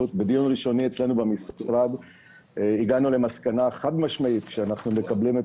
ראשוני אצלנו במשרד הגענו למסקנה חד משמעית שאנחנו מקבלים את